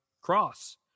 cross